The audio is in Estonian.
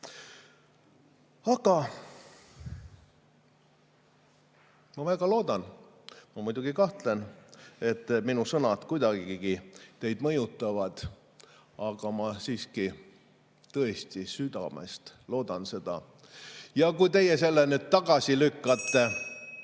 Aga ma väga loodan – ma muidugi kahtlen, et minu sõnad kuidagigi teid mõjutavad –, ma siiski tõesti südamest loodan seda. Ja kui teie selle nüüd tagasi lükkate